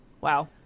Wow